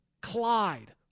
Clyde